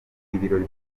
ibirori